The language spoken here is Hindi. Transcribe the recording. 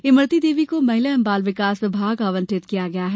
इमरती देवी को महिला एवं बाल विकास विभाग आवंटित किया गया है